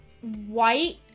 white